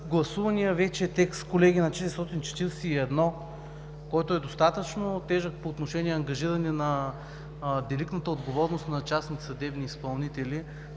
гласувания вече текст на чл. 441, който е достатъчно тежък по отношение ангажиране на деликатната отговорност на частните съдебни изпълнители,